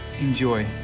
Enjoy